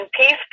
Peace